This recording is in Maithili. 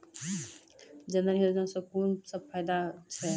जनधन योजना सॅ कून सब फायदा छै?